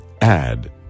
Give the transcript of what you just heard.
add